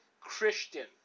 Christian